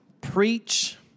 preach